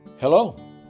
Hello